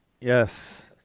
yes